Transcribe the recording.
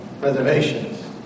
reservations